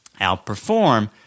outperform